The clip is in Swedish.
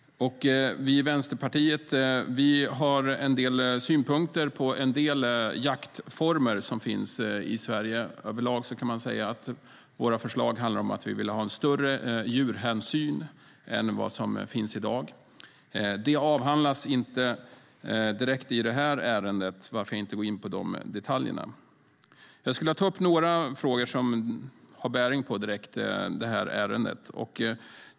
Vi i Vänsterpartiet har en del synpunkter på vissa jaktformer som finns i Sverige. Över lag kan man säga att våra förslag handlar om att vi vill ha större djurhänsyn än vad som finns i dag. Det avhandlas inte direkt i detta ärende, varför jag inte går in på detaljerna. Jag skulle vilja ta upp några frågor som har direkt bäring på ärendet.